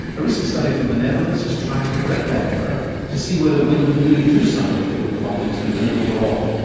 a recent study from the netherlands has tried to correct that error to see whether women really do suffer fewer problems than men overall.